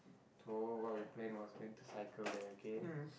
so what we plan was went to cycle there K